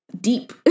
deep